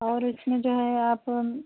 और उसमें जो है आप अम